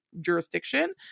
jurisdiction